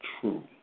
true